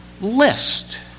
list